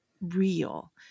real